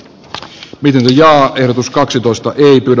nyt viljaa ehdotus kaksitoista ykylä